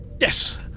Yes